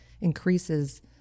increases